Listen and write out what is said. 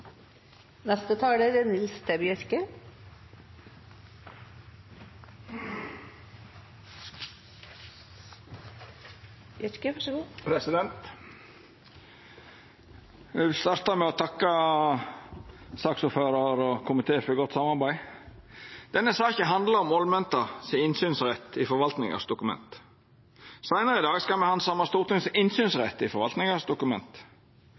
vil starta med å takka saksordføraren og komiteen for godt samarbeid. Denne saka handlar om ålmenta sin innsynsrett i forvaltningas dokument. Seinare i dag skal me handsama Stortinget sin innsynsrett i forvaltningas dokument.